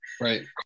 Right